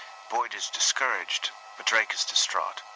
boyd is discouraged, but drake is distraught.